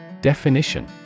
DEFINITION